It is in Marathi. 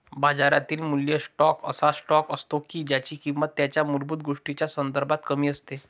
बाजारातील मूल्य स्टॉक असा स्टॉक असतो की ज्यांची किंमत त्यांच्या मूलभूत गोष्टींच्या संदर्भात कमी असते